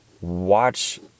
Watch